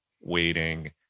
waiting